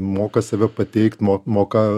moka save pateikt mo moka